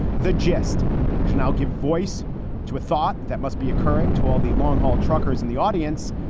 the gist i should. i'll give voice to a thought that must be occurring to all the long haul truckers in the audience.